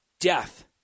death